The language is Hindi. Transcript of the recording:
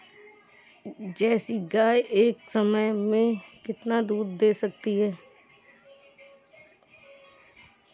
जर्सी गाय एक समय में कितना दूध दे सकती है?